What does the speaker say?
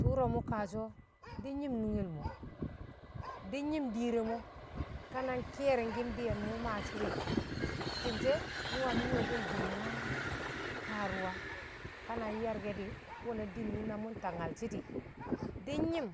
tṵro̱ mṵ kaa shi̱ o̱ di̱ nyim nungel mo̱, di̱ nyi̱m diir re̱ mo̱ ka nki̱ye̱ri̱ng di̱ye̱n mṵ maashi̱ di̱ ti̱bshe̱ nyi̱ waani̱ yo̱o̱ke̱l din na kaaruwa ka na yarke di̱, nwe̱ na di̱n na mṵ nta nyalshi̱ di̱, di̱ nyi̱m